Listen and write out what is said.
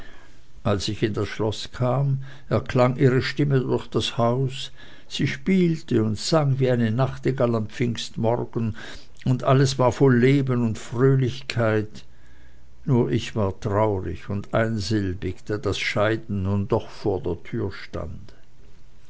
als ich ins schloß kam erklang ihre stimme durch das haus sie spielte und sang wie eine nachtigall am pfingstmorgen und alles war voll leben und fröhlichkeit nur ich war traurig und einsilbig da das scheiden nun doch vor der türe stand